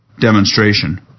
demonstration